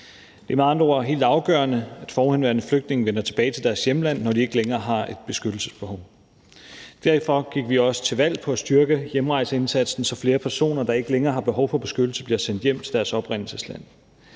ord helt afgørende, at forhenværende flygtninge vender tilbage til deres hjemland, når de ikke længere har et beskyttelsesbehov. Derfor gik vi også til valg på at styrke hjemrejseindsatsen, så flere personer, der ikke længere har behov for beskyttelse, bliver sendt hjem til deres oprindelsesland.